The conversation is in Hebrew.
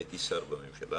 והייתי שר בממשלה